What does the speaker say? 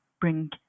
bring